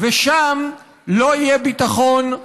ושם לא יהיה ביטחון,